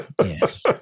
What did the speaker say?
Yes